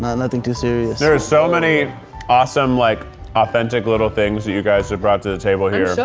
nothing too serious. there are so many awesome like authentic little things that you guys have brought to the table here.